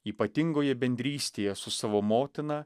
ypatingoje bendrystėje su savo motina